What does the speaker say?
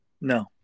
No